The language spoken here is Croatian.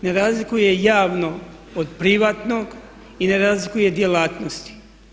Ne razlikuje javno od privatnog i ne razlikuje djelatnosti.